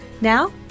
Now